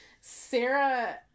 Sarah